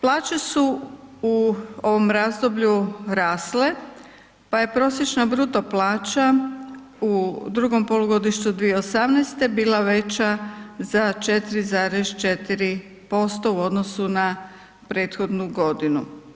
Plaće su u ovom razdoblju rasle, pa je prosječna bruto plaća u drugom polugodištu 2018.-te bila veća za 4,4% u odnosu na prethodnu godinu.